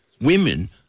women